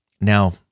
now